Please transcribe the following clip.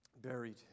buried